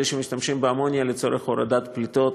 אלה שמשתמשים באמוניה לצורך הורדת פליטות,